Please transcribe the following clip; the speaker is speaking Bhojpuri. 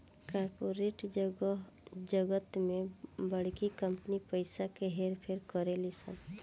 कॉर्पोरेट जगत में बड़की कंपनी पइसा के हेर फेर करेली सन